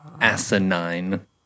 Asinine